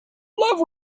love